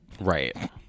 Right